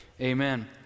Amen